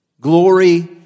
glory